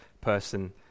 person